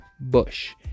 bush